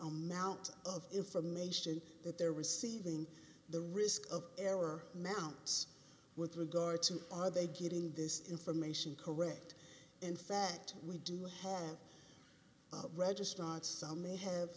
amount of information that they're receiving the risk of error now needs with regard to are they getting this information correct in fact we do have registrars some may have